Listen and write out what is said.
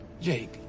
jake